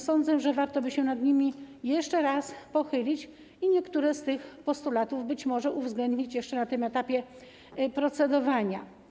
Sądzę, że warto by się nad nimi jeszcze raz pochylić i niektóre z tych postulatów być może uwzględnić jeszcze na tym etapie procedowania.